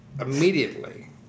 immediately